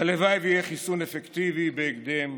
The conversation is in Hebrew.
הלוואי שיהיה חיסון אפקטיבי בהקדם,